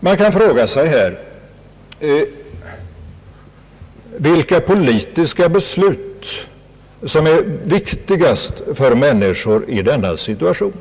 Man kan fråga sig vilka politiska beslut som är viktigast för människor i denna situation.